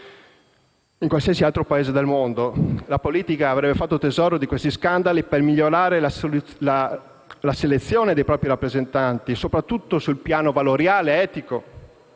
In qualsiasi altro Paese del mondo la politica avrebbe fatto tesoro di questi scandali per migliorare la selezione dei propri rappresentanti, soprattutto sul piano valoriale, etico.